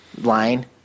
line